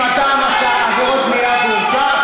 אם אדם עשה עבירות בנייה והורשע,